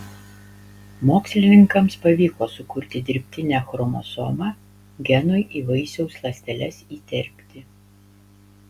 mokslininkams pavyko sukurti dirbtinę chromosomą genui į vaisiaus ląsteles įterpti